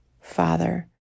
Father